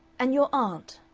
and your aunt